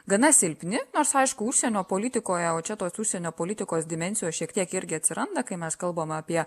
gana silpni nors aišku užsienio politikoje o čia tos užsienio politikos dimensijos šiek tiek irgi atsiranda kai mes kalbam apie